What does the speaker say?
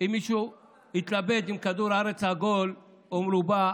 אם מישהו התלבט אם כדור הארץ עגול או מרובע,